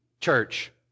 church